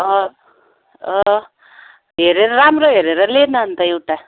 अँ अँ हेरेर राम्रो हेरेर ले न अन्त एउटा